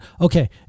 Okay